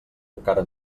encara